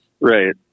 Right